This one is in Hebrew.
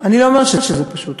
אני לא אומרת שזה פשוט.